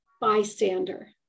bystander